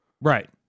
Right